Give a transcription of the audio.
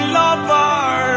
lover